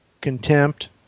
contempt